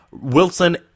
Wilson